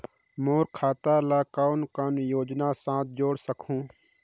मोर खाता ला कौन कौन योजना साथ जोड़ सकहुं?